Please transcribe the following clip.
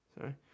Sorry